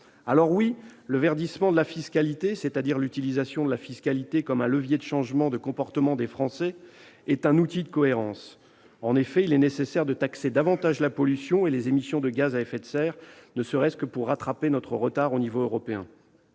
Oui, le verdissement de la fiscalité, c'est-à-dire l'utilisation de la fiscalité comme un levier de changement des comportements des Français, est un outil de cohérence. En effet, il est nécessaire de taxer davantage la pollution et les émissions de gaz à effet de serre, ne serait-ce que pour rattraper notre retard au niveau européen.